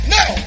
Now